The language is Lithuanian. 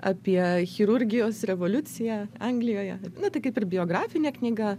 apie chirurgijos revoliuciją anglijoje na tai kaip ir biografinė knyga